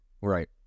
Right